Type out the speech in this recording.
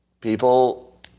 people